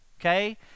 okay